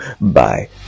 Bye